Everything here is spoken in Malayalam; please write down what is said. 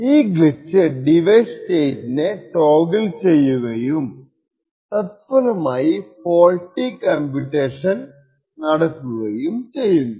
ഈ ഗ്ലിച് ഡിവൈസ് സ്റ്റേറ്റിനെ ടോഗ്ൾ ചെയ്യുകയും തത്ഫലമായി ഫോൾട്ടി കംപ്യൂട്ടേഷൻ നടക്കുകയും ചെയ്യുന്നു